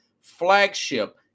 flagship